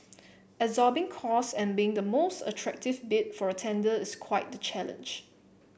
absorbing costs and being the most attractive bid for a tender is quite the challenge